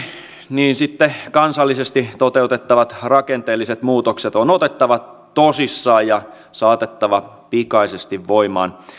niin sitten kansallisesti toteutettavat rakenteelliset muutokset on otettava tosissaan ja saatettava pikaisesti voimaan